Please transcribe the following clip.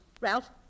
Ralph